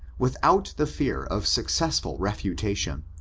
without the fear of successful refutation,